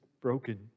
broken